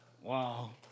Wow